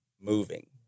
moving